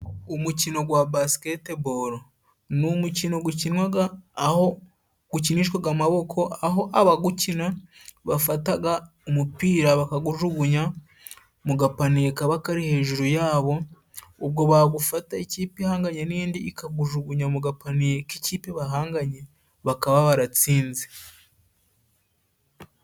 Umukino gwa basketball ni umukino gukinwaga aho gukinishwaga amaboko, aho abagukina bafataga umupira bakagujugunya mu gapaniye kaba kari hejuru yabo, ubwo bagufata, ikipe ihanganye n'indi ikagujugunya mu gapaniye k'ikipe bahanganye, bakaba baratsinze.